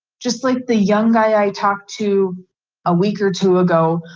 just like the young guy i talked to a week or two ago,